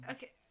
Okay